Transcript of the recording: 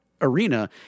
arena